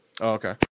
Okay